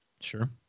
Sure